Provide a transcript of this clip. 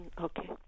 Okay